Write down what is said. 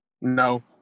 No